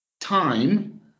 time